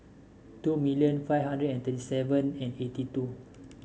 two million five hundred and thirty seven and eighty two